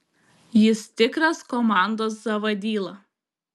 jis tikras komandos zavadyla